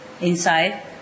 inside